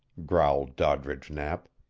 growled doddridge knapp.